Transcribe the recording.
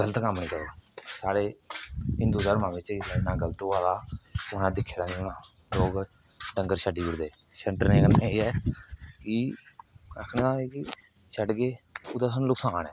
गल्त कम्म नेईं करो साढ़े हिंदु धर्मे च एह् करना गल्त होवा दा कुसै ने दिक्खे दा बी नेईं होना लोक डंगर छड्डी ओड़दे छड्ढने कन्नै एह् ऐ कि आखने दा एह् ऐ कि छड्ढगे ओह्दा सानूं नकसान